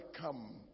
come